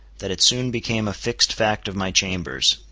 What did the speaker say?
that it soon became a fixed fact of my chambers,